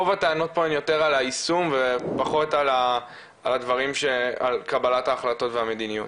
רוב הטענות פה הן יותר על היישום ופחות על קבלת ההחלטות והמדיניות.